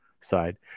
side